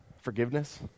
forgiveness